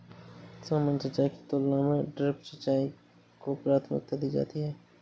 सामान्य सिंचाई की तुलना में ड्रिप सिंचाई को प्राथमिकता दी जाती है